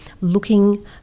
looking